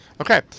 Okay